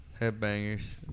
Headbangers